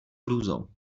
hrůzou